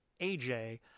AJ